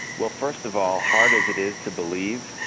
well first of all, hard as it is to believe,